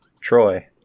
Troy